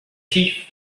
thief